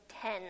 ten